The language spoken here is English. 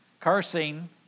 cursing